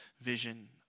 vision